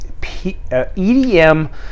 EDM